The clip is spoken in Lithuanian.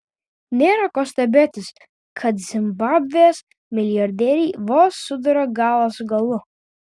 nėra ko stebėtis kad zimbabvės milijardieriai vos suduria galą su galu